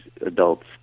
adults